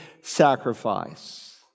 sacrifice